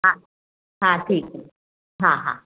हा हा ठीकु आहे हा हा